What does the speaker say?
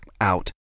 out